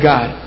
God